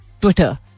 Twitter